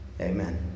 Amen